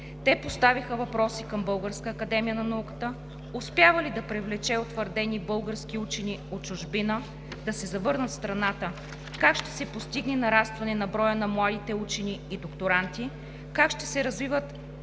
Те поставиха въпроси как Българската академия на науката успява да привлече утвърдени български учени от чужбина да се завърнат в страната, как ще се постигне нарастване на броя на младите учени и докторанти, как ще се развиват